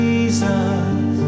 Jesus